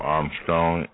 Armstrong